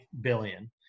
billion